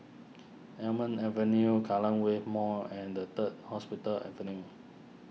Almond Avenue Kallang Wave Mall and the Third Hospital Avenue